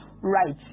right